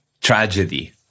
tragedy